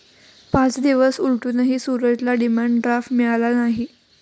पाच दिवस उलटूनही सूरजला डिमांड ड्राफ्ट मिळाला नाही